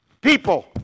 people